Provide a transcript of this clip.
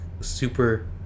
super